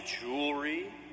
jewelry